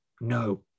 No